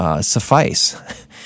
suffice